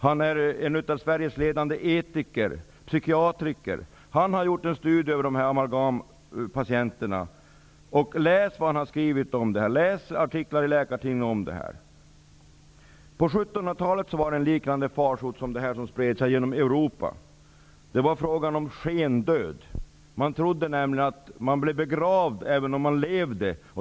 Han är en av Sveriges ledande etiker och psykiater. Han har gjort en studie om dessa amalgampatienter. Läs vad han har skrivit i Läkartidningen. På 1700-talet spred sig en liknande farsot genom Europa. Det var frågan om skendöd. Man trodde att man blev begravd även om man levde.